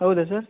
ಹೌದಾ ಸರ್